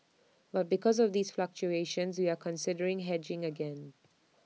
but because of these fluctuations we are considering hedging again